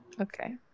Okay